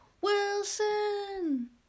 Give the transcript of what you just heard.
Wilson